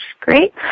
Great